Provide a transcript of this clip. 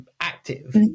active